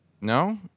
No